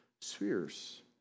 spheres